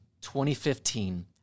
2015